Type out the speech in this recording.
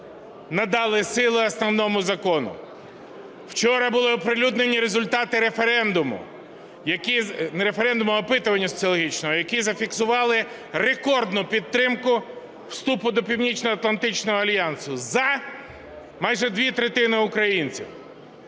надали сили Основному Закону. Вчора були оприлюднені результати референдуму, не референдуму, а опитування соціологічного, які зафіксували рекордну підтримку вступу до Північноатлантичного альянсу: за – майже дві третини українців.